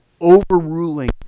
overruling